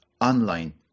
online